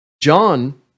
John